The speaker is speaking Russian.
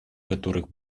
которых